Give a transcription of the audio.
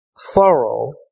thorough